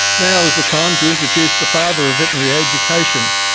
now is the time to introduce the father of vetinerary education.